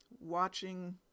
watching